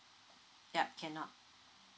yup cannot